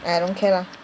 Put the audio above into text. !aiya! don't care lah